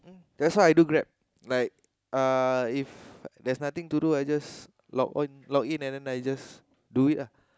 that's why I do Grab like uh if there's nothing to do I just login on login in and then I just do it lah